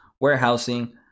warehousing